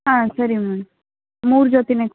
ಹಾಂ ಸರಿ ಮ್ಯಾಮ್ ಮೂರು ಜೊತೆ